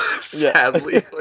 sadly